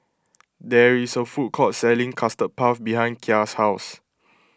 there is a food court selling Custard Puff behind Kya's house